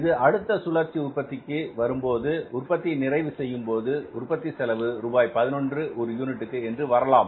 இது அடுத்த சுற்று உற்பத்திக்கு வரும்போது உற்பத்தியை நிறைவு செய்யும்போதுஉற்பத்தி செலவு விலை ரூபாய் 11 ஒரு யூனிட்டுக்கு என்று வரலாம்